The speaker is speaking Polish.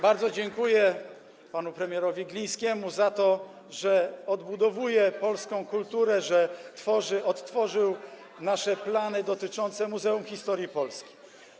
Bardzo dziękuję panu premierowi Glińskiemu za to, że odbudowuje polską kulturę, że odtworzył nasze plany dotyczące Muzeum Historii Polski.